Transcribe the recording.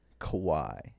Kawhi